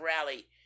rally